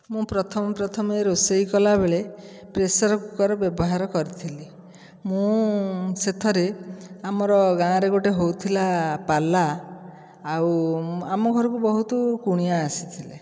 ମୁଁ ପ୍ରଥମେ ପ୍ରଥମେ ରୋଷେଇ କଲାବେଳେ ପ୍ରେସର କୁକର୍ ବ୍ୟବହାର କରିଥିଲି ମୁଁ ସେଥିରେ ଆମର ଗାଁରେ ଗୋଟିଏ ହେଉଥିଲା ପାଲ୍ଲା ଆଉ ଆମ ଘରକୁ ବହୁତ କୁଣିଆ ଆସିଥିଲେ